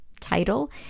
title